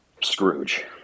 Scrooge